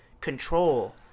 control